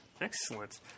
Excellent